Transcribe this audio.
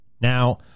Now